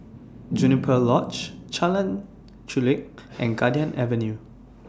Juniper Lodge Jalan Chulek and Garden Avenue